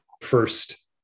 first